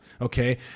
okay